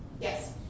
Yes